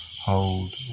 Hold